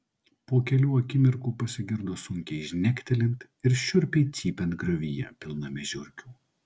po kelių akimirkų pasigirdo sunkiai žnektelint ir šiurpiai cypiant griovyje pilname žiurkių